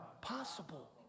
possible